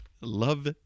love